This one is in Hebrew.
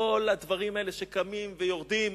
כל הדברים האלה שקמים ויורדים,